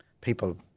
people